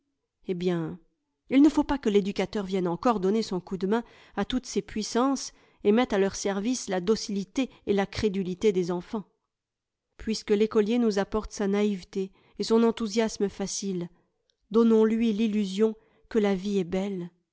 eh bien il ne faut pas que l'éducateur vienne encore donner son coup de main à toutes ces puissances et mette à leur service la docilité et la crédulité des enfants puisque l'écolier nous apporte sa naïveté et son enthousiasme facile donnons-lui l'illusion que la vie est belle